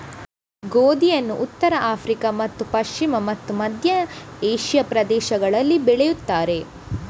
ಗೋಧಿಯನ್ನು ಉತ್ತರ ಆಫ್ರಿಕಾ ಮತ್ತು ಪಶ್ಚಿಮ ಮತ್ತು ಮಧ್ಯ ಏಷ್ಯಾದ ಪ್ರದೇಶಗಳಲ್ಲಿ ಬೆಳೆಯುತ್ತಾರೆ